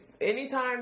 anytime